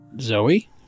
Zoe